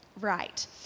Right